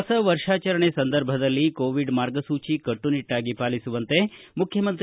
ಹೊಸ ವರ್ಷಾಚರಣೆ ಸಂದರ್ಭದಲ್ಲಿ ಕೊವಿಡ್ ಮಾರ್ಗಸೂಚಿ ಕಟ್ಟುನಿಟ್ಟಾಗಿ ಪಾಲಿಸುವಂತೆ ಮುಖ್ಯಮಂತ್ರಿ